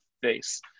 face